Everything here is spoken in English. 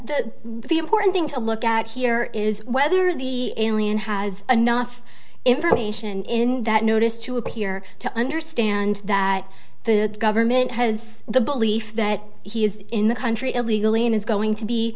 the important thing to look at here is whether the alien has enough information in that notice to appear to understand that the government has the belief that he is in the country illegally and is going to be